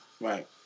Right